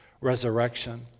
resurrection